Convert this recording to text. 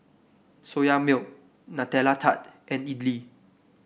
Soya Milk Nutella Tart and idly